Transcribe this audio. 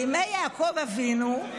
בימי יעקב אבינו,